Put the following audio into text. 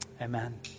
Amen